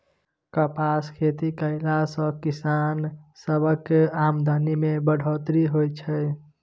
कपासक खेती कएला से किसान सबक आमदनी में बढ़ोत्तरी होएत छै